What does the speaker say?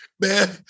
Man